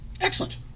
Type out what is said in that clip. excellent